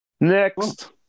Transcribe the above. Next